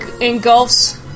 engulfs